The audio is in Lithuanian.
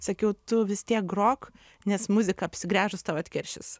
sakiau tu vis tiek grok nes muzika apsigręžus tau atkeršys